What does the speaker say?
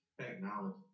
technology